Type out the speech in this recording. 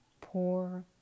poor